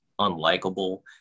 unlikable